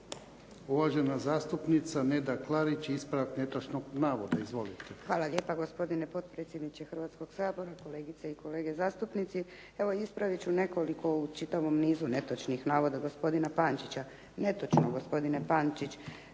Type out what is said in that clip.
Uvažena zastupnica Neda Klarić. Ispravak netočnog navoda. Izvolite. **Klarić, Nedjeljka (HDZ)** Hvala lijepa gospodine potpredsjedniče Hrvatskog sabora, kolegice i kolege zastupnici. Evo ispravit ću nekoliko u čitavom nizu netočnih naloga gospodina Pančića. Netočno gospodine Pančić